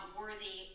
worthy